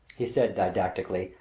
he said didactically,